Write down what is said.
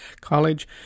College